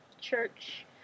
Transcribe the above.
church